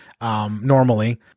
normally